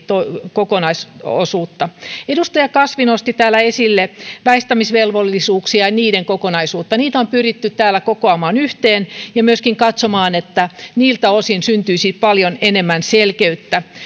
kokonaisosuutta edustaja kasvi nosti täällä esille väistämisvelvollisuuksia ja niiden kokonaisuutta niitä on pyritty täällä kokoamaan yhteen ja myöskin katsomaan että niiltä osin syntyisi paljon enemmän selkeyttä